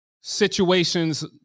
situations